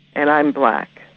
and i'm black.